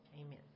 Amen